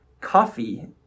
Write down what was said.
coffee